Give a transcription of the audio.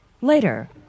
Later